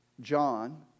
John